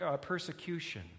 persecution